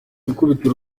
ikubitiro